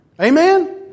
Amen